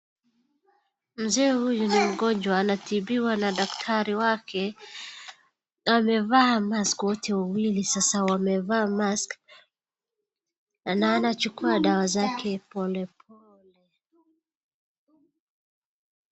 Mzee huyu ni mgonjwa, anatibiwa na daktari wake, amevaa mask wote wawili sasa wamevaa mask , na anachukua dawa zake pole pole.